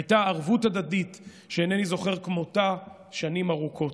הייתה ערבות הדדית שאינני זוכר כמותה שנים ארוכות.